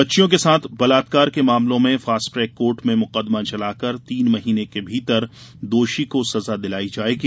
बच्चियों के साथ बलात्कार के मामलों में फास्ट ट्रैक कोर्ट में मुकदमा चलाकर तीन माह के भीतर दोषी को सजा दिलाई जायेगी